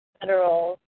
federal